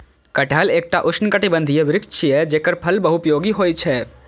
कटहल एकटा उष्णकटिबंधीय वृक्ष छियै, जेकर फल बहुपयोगी होइ छै